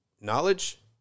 knowledge